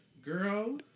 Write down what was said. Girl